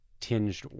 tinged